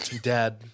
dad